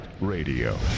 Radio